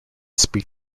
speak